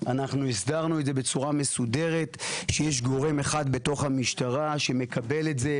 אנחנו הסדרנו את זה בצורה מסודרת שיש גורם אחד בתוך המשטרה שמקבל את זה,